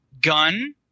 gun